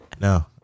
No